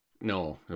no